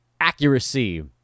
accuracy